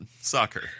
soccer